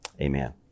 Amen